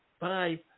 Bye